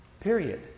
Period